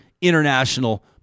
international